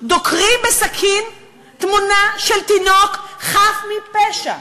דוקרים בסכין, תמונה של תינוק חף מפשע,